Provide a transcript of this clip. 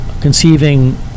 conceiving